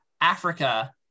Africa